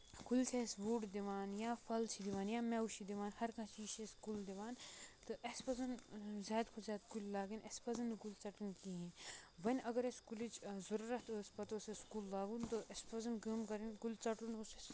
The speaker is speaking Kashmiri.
کلۍ چھِ اَسہِ وُڈ دِوان یا پھل چھِ دِوان یا میوٕ چھِ دِوان ہر کانہہ چیٖز چھُ اَسہِ کُل دِوان تہٕ اَسہِ پَزن زیادٕ کھۄتہ زیادٕ کُلۍ لاگٔنۍ اَسہِ پَزن نہٕ ژَٹنۍ کِہینۍ وۄنۍ اَگر اَسہِ کُلِچ ضروٗرتھ ٲسۍ پَتہٕ اوس اَسہِ کُل لاگُن اَسہِ پَزن کٲم کَرٕنۍ کُلۍ ژَٹُن اوس